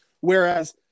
Whereas